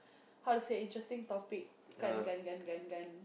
how to say interesting topic gun gun gun gun gun